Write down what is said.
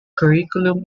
curriculum